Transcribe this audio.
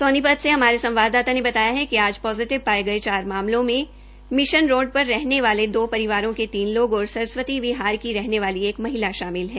सोनीपत से हमारे संवाददाता ने बतायाकि आज पोजिटिव पाये गये मामलों में मिशन रोड पर रहने वाले दो परिवारों के तीन लोग और सरस्वती विहार की रहने वाली एक महिला शामिल है